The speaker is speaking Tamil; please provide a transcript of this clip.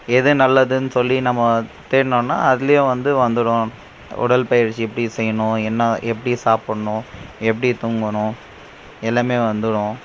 எது நல்லதுன்னு சொல்லி நம்ம தேடுனோம்ன்னா அதுல வந்து வந்துரும் உடல் பயிற்சி எப்படி செய்யனும் என்ன எப்படி சாப்பிடனும் எப்படி தூங்கனும் எல்லாமே வந்துரும்